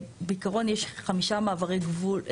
בעיקרון יש 5 מעברי גבול,